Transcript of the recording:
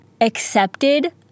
accepted